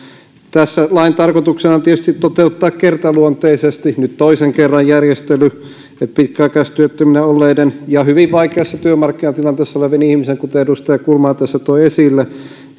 tässä lain tarkoituksena on tietysti toteuttaa kertaluonteisesti nyt toisen kerran järjestely jossa pitkäaikaistyöttöminä olleiden ja hyvin vaikeassa työmarkkinatilanteessa olevien ihmisten kuten edustaja kulmala tässä toi esille